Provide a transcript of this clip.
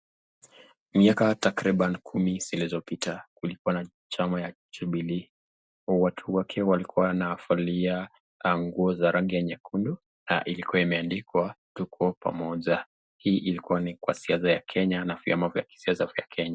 Miaka takriban kumi zilizopita, kulikuwa na chama ya jubilee. Watu wake walikuwa wanavalia nguo za zangi nyekundu, na ilikuwa imeandikwa tuko pamoja, hii ilikuwa kwa siasa ya kenya vyama vya kisiasa wa kenya.